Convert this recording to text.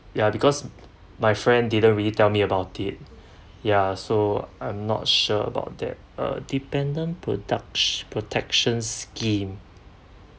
ya because my friend didn't really tell me about it yeah so I'm not sure about that uh dependant product protection scheme